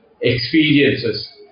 experiences